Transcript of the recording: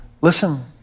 Listen